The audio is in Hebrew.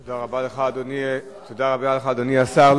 תודה רבה לך, אדוני השר.